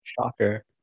Shocker